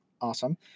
Awesome